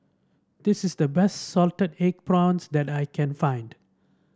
this is the best Salted Egg Prawns that I can find